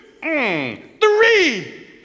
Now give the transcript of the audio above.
Three